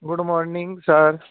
good morning sir